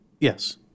Yes